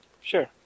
sure